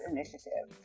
Initiative